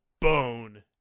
bone